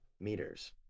meters